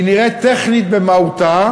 היא נראית טכנית במהותה: